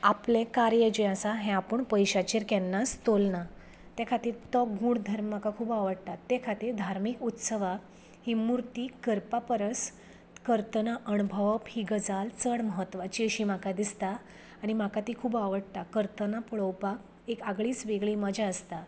आपले कार्य जें आसा हें आपूण पयशाचेर केन्नाच तोलना तें खातीर तो गूण धर्म म्हाका खूब आवडटा तें खातीर धार्मीक उत्सवाक ही मुर्ती करपा परस करतना अणभवप ही गजाल चड म्हत्वाची अशी म्हाका दिसता आनी म्हाका ती खूब आवडटा करताना पळोवपाक एक आगळीच वेगळी मजा आसता